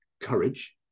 courage